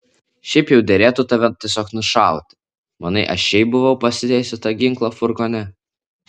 šiaip jau derėtų tave tiesiog nušauti manai aš šiaip buvau pasidėjusi tą ginklą furgone